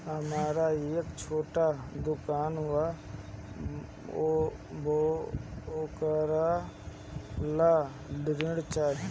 हमरा एक छोटा दुकान बा वोकरा ला ऋण चाही?